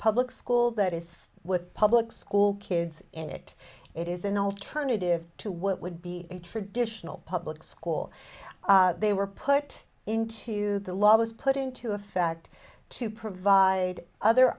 public school that is with public school kids in it it is an alternative to what would be in traditional public school they were put into the law was put into effect to provide other